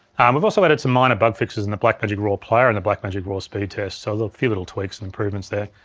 and we've also added some minor bug fixes in the blackmagic raw player and the blackmagic raw speed test, so a few little tweaks and improvements there.